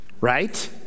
right